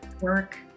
work